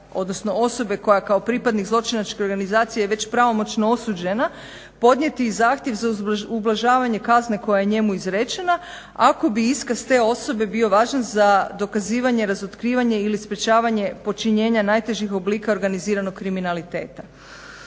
odnosno osobe koja kao pripadnik zločinačke organizacije je već pravomoćno osuđena, podnijeti i zahtjev za ublažavanje kazne koja je njemu izrečena, ako bi iskaz te osobe bio važan za dokazivanje, razotkrivanje ili sprečavanje počinjenja najtežih oblika organiziranog kriminaliteta.